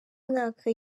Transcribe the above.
mwaka